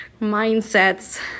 mindsets